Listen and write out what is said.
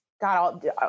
god